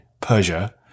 Persia